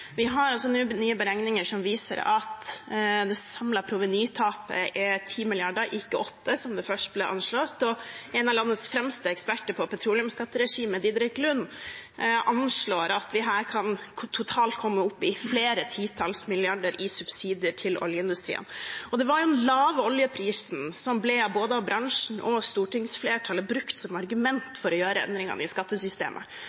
Vi har nå nye beregninger som viser at det samlede provenytapet er på 10 mrd. kr, ikke 8 mrd. kr som det først ble anslått til, og en av landets fremste eksperter på petroleumsskatteregimet, Diderik Lund, anslår at vi her totalt kan komme opp i flere titalls milliarder i subsidier til oljeindustrien. Det var den lave oljeprisen som både av bransjen og stortingsflertallet ble brukt som